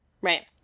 Right